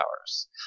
hours